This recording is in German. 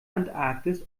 antarktis